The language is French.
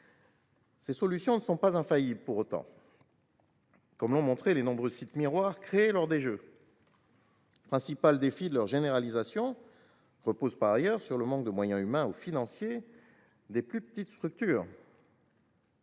ces solutions ne sont pas infaillibles, comme l’ont montré les nombreux sites miroirs créés lors des Jeux. Le principal défi posé par la généralisation de ces bourses est le manque de moyens humains et financiers des plus petites structures.